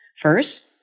First